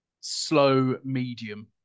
slow-medium